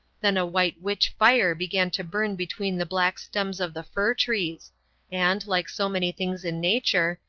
then a white witch fire began to burn between the black stems of the fir-trees and, like so many things in nature,